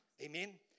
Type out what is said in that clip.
Amen